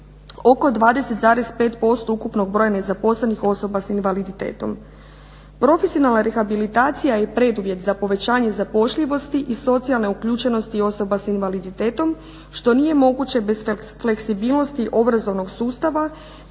oko 20,5% ukupnog broja nezaposlenih osoba sa invaliditetom. Profesionalna rehabilitacija je preduvjet za povećanje zapošljivosti i socijalne uključenosti osoba sa invaliditetom što nije moguće bez fleksibilnosti obrazovnog sustava